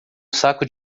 saco